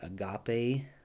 agape